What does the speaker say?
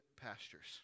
pastures